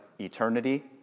eternity